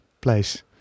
place